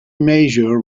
major